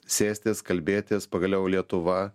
sėstis kalbėtis pagaliau lietuva